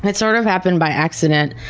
but sort of happened by accident.